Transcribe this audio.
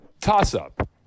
Toss-up